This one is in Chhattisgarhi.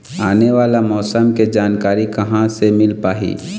आने वाला मौसम के जानकारी कहां से मिल पाही?